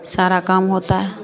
सारा काम होता है